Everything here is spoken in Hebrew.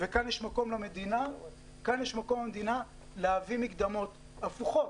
וכאן יש מקום למדינה להביא מקדמות הפוכות.